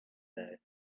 day